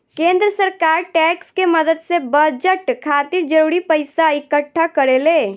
केंद्र सरकार टैक्स के मदद से बजट खातिर जरूरी पइसा इक्कठा करेले